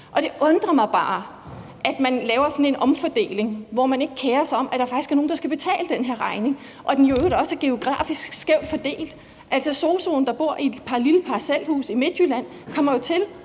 Og det undrer mig bare, at man laver sådan en omfordeling, hvor man ikke kerer sig om, at der faktisk er nogle, der skal betale den her regning, og den er for øvrigt også geografisk skævt fordelt. Sosu'en, der bor i et lille parcelhus i Midtjylland, kommer jo til